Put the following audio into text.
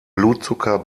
blutzucker